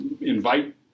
invite